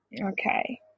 Okay